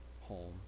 home